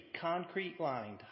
concrete-lined